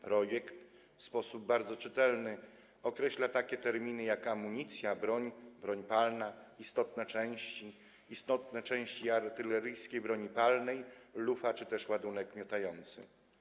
Projekt w sposób bardzo czytelny określa takie terminy jak: amunicja, broń, broń palna, istotne części, istotne części artyleryjskiej broni palnej, lufa czy też ładunek miotający.